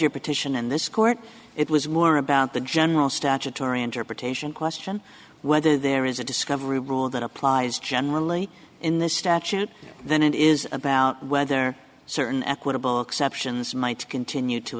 your petition in this court it was more about the general statutory interpretation question whether there is a discovery rule that applies generally in this statute then it is about whether certain equitable exceptions might continue to